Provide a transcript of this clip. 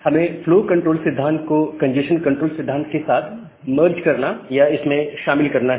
हमें flow control सिद्धांत को कंजेस्शन कंट्रोल सिद्धांत के साथ मर्ज करना या इसमें शामिल करना है